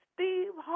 Steve